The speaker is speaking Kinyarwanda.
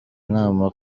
inama